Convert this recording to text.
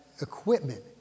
equipment